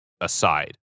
aside